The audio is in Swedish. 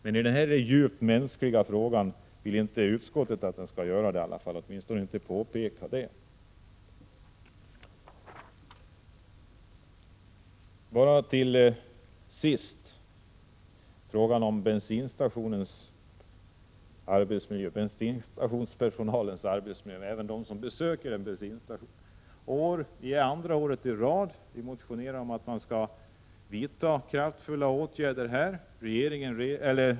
Men i denna djupt mänskliga fråga vill inte utskottet att så skall ske, åtminstone vill man inte uttala det. Sedan till frågan om bensinstationspersonalens arbetsmiljö. För andra året i rad motionerar vi om att man bör vidta kraftfulla åtgärder på detta område.